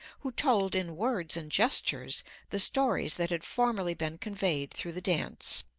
who told in words and gestures the stories that had formerly been conveyed through the dance.